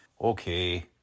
Okay